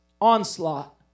onslaught